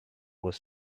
was